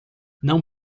não